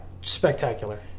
spectacular